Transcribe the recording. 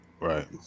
Right